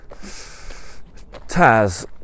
Taz